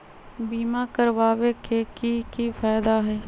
बीमा करबाबे के कि कि फायदा हई?